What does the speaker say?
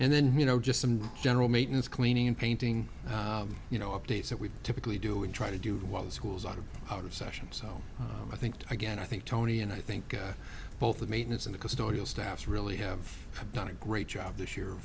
and then you know just some general maintenance cleaning painting you know updates that we typically do and try to do while the schools are out of session so i think again i think tony and i think i both the maintenance and the custodial staff really have done a great job this year